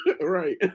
Right